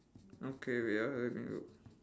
okay wait ah where did it go